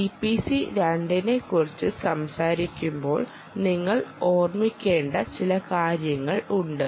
EPC 2 നെക്കുറിച്ച് സംസാരിക്കുമ്പോൾ നിങ്ങൾ ഓർമ്മിക്കേണ്ട ചില കാര്യങ്ങളുണ്ട്